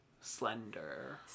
Slender